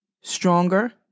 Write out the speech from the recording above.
stronger